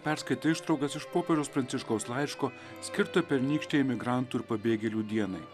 perskaitė ištraukas iš popiežiaus pranciškaus laiško skirto pernykštei migrantų ir pabėgėlių dienai